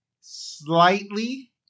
slightly